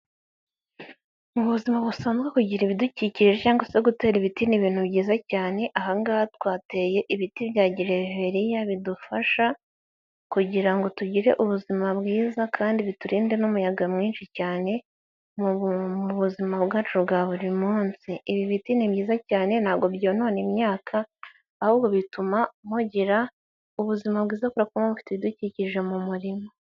Mu buzima busanzwe kugira ibidukikije cyangwa se gutera ibiti ni ibintu byiza cyane. Aha ngaha twateye ibiti bya gereveriya, bidufasha kugira ngo tugire ubuzima bwiza kandi biturinde n'umuyaga mwinshi cyane, mu buzima bwacu bwa buri munsi. Ibi biti ni byiza cyane ntabwo byonona imyaka ahubwo bituma mugira ubuzima bwiza kubera ko muba mufite ibidukikije mu murima.